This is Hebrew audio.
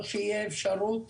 או שתהיה אפשרות